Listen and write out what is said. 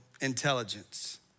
intelligence